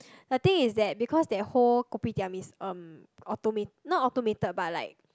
the thing is that because that whole kopitiam is um automate~ not automated but like